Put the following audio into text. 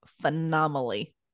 phenomenally